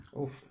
Oof